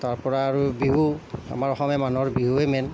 তাৰ পৰা আৰু বিহু আমাৰ অসমীয়া মানুহৰ বিহুৱেই মেইন